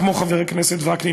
כמו חבר הכנסת וקנין,